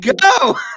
go